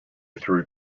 through